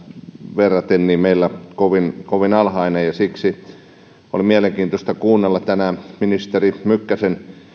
verrattuna meillä kovin kovin alhainen siksi oli mielenkiintoista kuunnella tänään ministeri mykkäsen